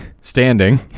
standing